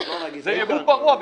זה ייבוא פרוע.